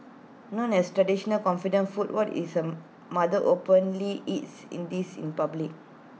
known as A traditional confinement food what isn't model openly eats in this public